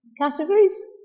categories